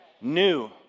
new